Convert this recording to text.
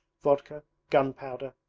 vodka, gunpowder,